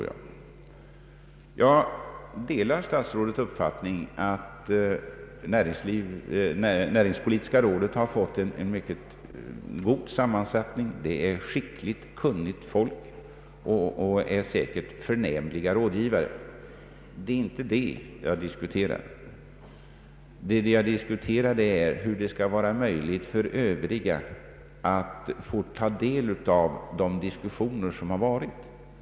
Jag delar statsrådets uppfattning att näringspolitiska rådet har fått en mycket god sammansättning — skickligt, kunnigt folk och säkert förnämliga rådgivare. Det är inte det jag diskuterar. Vad jag diskuterar är hur det skall vara möjligt för Övriga att ta del av de diskussioner som har förekommit.